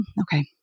Okay